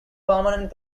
permanent